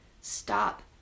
stop